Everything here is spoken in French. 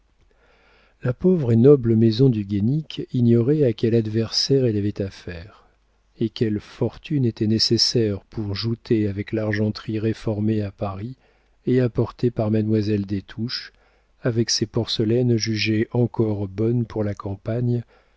la pauvre et noble maison du guénic ignorait à quel adversaire elle avait affaire et quelle fortune était nécessaire pour jouter avec l'argenterie réformée à paris et apportée par mademoiselle des touches avec ses porcelaines jugées encore bonnes pour la campagne